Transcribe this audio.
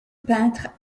peintre